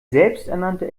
selbsternannte